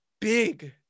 big